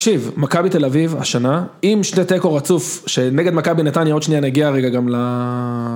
תקשיב, מכבי תל אביב השנה עם שני תיקו רצוף שנגד מכבי נתניה עוד שנייה נגיע רגע גם ל...